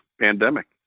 pandemic